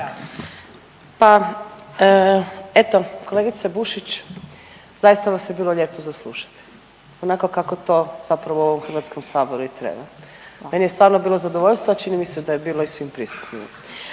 Pa eto kolegice Bušić zaista vas je bilo lijepo za slušati onako kako to zapravo u HS-u i treba. Meni je stvarno bilo zadovoljstvo, a čini mi se da je bilo i svim prisutnima.